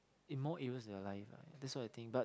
in more areas their life lah that's what I think but